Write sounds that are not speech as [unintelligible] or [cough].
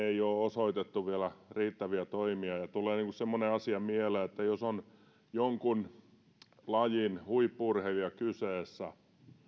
[unintelligible] ei ole osoitettu vielä riittäviä toimia ja tulee semmoinen asia mieleen että jos on jonkun lajin huippu urheilija kyseessä